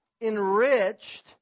enriched